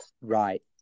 Right